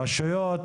רשויות,